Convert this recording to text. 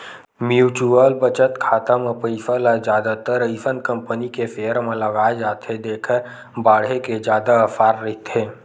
mutual बचत खाता म पइसा ल जादातर अइसन कंपनी के सेयर म लगाए जाथे जेखर बाड़हे के जादा असार रहिथे